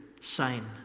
sign